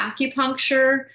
acupuncture